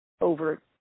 over